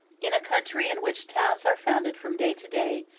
in a country in which towns are founded from day to day,